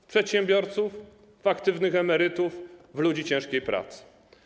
W przedsiębiorców, w aktywnych emerytów, w ludzi ciężkiej pracy.